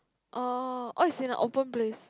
oh oh it's in a open place